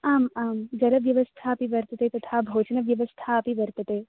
आम् आं जलव्यवस्थापि वर्तते तथा भोजनव्यवस्थापि वर्तते